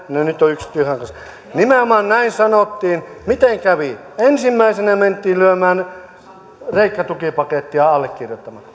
ne nyt ovat yksi tyhjän kanssa nimenomaan näin sanottiin miten kävi ensimmäisenä mentiin kreikka tukipakettia allekirjoittamaan